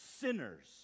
sinners